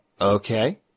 Okay